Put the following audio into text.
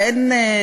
באוכלוסייה,